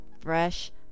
fresh